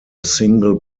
single